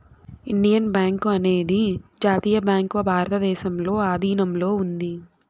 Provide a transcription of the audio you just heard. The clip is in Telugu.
ఇండియన్ బ్యాంకు అనేది జాతీయ బ్యాంక్ భారతదేశంలో ఆధీనంలో ఉంది